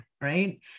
right